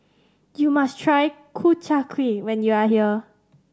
you must try Ku Chai Kuih when you are here